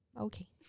okay